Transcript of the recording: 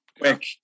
quick